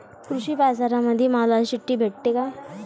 कृषीबाजारामंदी मालाची चिट्ठी भेटते काय?